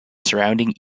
surrounding